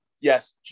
yes